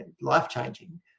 life-changing